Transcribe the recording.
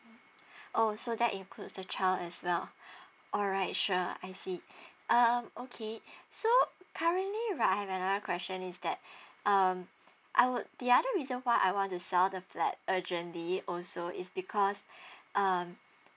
orh so that includes the child as well alright sure I see um okay so currently right I have another question is that um I would the other reason why I want to sell the flat urgently also is because um